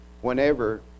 Whenever